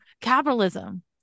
capitalism